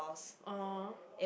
oh